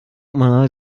mal